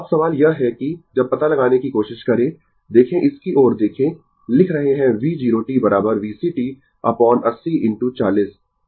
अब सवाल यह है कि जब पता लगाने की कोशिश करें देखें इसकी ओर देखें लिख रहे है V 0 t VCt upon 80 into 40